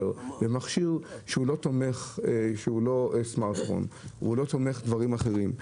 במכשיר שהוא לא סמרטפון ולא תומך בדברים אחרים.